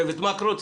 צוות מקרו.